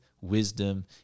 wisdom